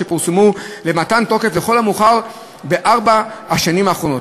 שפורסמו למתן תוקף לכל המאוחר בארבע השנים האחרונות.